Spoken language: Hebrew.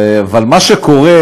אבל מה שקורה,